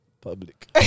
public